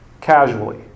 Casually